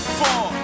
four